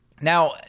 Now